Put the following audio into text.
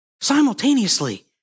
simultaneously